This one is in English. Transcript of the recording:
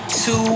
two